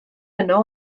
yno